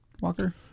Walker